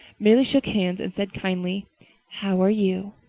merely shook hands and said kindly how are you?